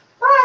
Bye